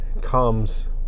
comes